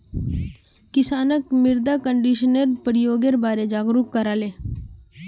किसानक मृदा कंडीशनरेर प्रयोगेर बारे जागरूक कराले